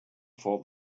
for